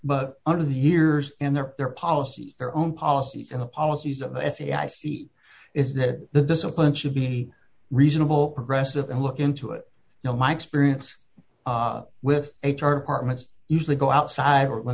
but under the years in their their policy their own policies and the policies of sai seat is that the discipline should be reasonable progressive and look into it you know my experience with h r partment usually go outside when